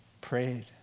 prayed